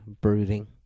brooding